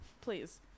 Please